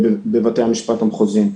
בבתי המשפט המחוזיים.